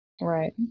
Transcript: Right